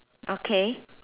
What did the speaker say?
okay